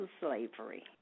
slavery